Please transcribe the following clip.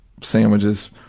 sandwiches